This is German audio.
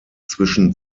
zwischen